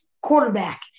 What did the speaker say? Quarterback